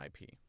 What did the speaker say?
IP